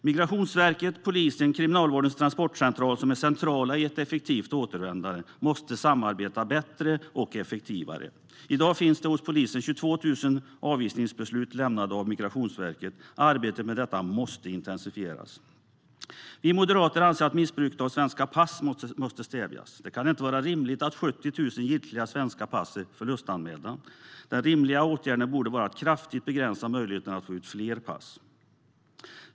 Migrationsverket, polisen och Kriminalvårdens transportcentral, som är centrala i ett effektivt återvändande, måste samarbeta bättre och effektivare. I dag finns hos polisen 22 000 avvisningsbeslut lämnade av Migrationsverket. Arbetet med detta måste intensifieras. Vi moderater anser att missbruket av svenska pass måste stävjas. Det kan inte vara rimligt att 70 000 giltiga svenska pass är förlustanmälda. Den rimliga åtgärden borde vara att kraftigt begränsa möjligheten att få ut fler pass.